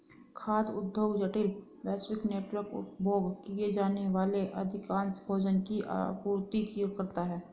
खाद्य उद्योग जटिल, वैश्विक नेटवर्क, उपभोग किए जाने वाले अधिकांश भोजन की आपूर्ति करता है